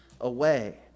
away